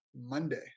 Monday